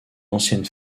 ancienne